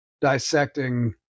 dissecting